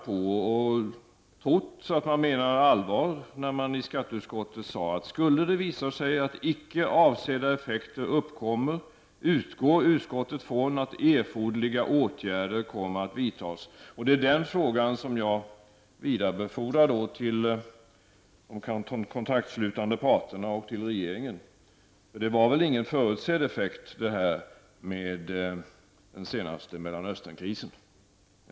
Vi har trott att man menade allvar när man i skatteutskottet sade att utskottet, om det skulle visa sig att icke avsedda effekter uppkommer, utgår från att erforderliga åtgärder kommer att vidtas. Det är den frågan som jag vidarebefodrar till de kontraktslutande parterna och till regeringen. För det var väl ingen förutsedd effekt det här med den senaste Mellanösternkrisen?